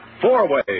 Four-Way